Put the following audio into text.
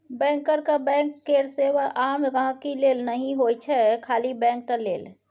बैंकरक बैंक केर सेबा आम गांहिकी लेल नहि होइ छै खाली बैंक टा लेल